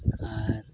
ᱟᱨ